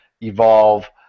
evolve